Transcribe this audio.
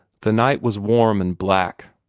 the night was warm and black.